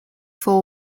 four